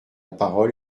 parole